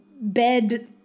bed